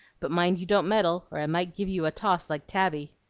but mind you don't meddle, or i might give you a toss like tabby.